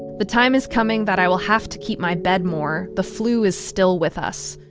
the time is coming that i will have to keep my bed more. the flu is still with us.